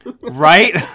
right